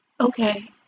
Okay